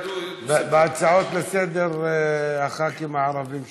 בהצעות לסדר-היום הח"כים הערבים שולטים.